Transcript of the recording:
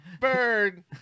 Bird